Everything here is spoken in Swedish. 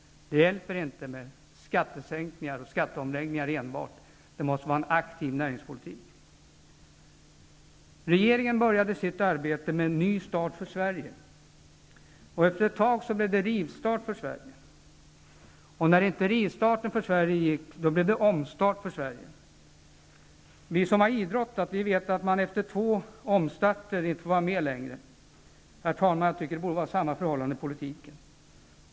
Det hjälper inte med enbart skattesänkningar och skatteomläggningar. Det måste föras en aktiv näringspolitik. Sverige. Efter ett tag blev det Rivstart för Sverige, och när nu rivstarten för Sverige misslyckades blev det Omstart för Sverige. Vi som har idrottat vet att man efter två omstarter inte får vara med längre. Herr talman! Jag tycker att detsamma borde gälla inom politiken.